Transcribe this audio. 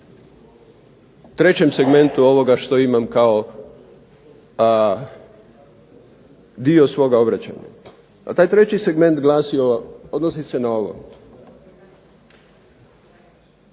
trećem segmentu ovoga što imam kao dio svoga obećanja. A taj treći segment odnosi se na ovo,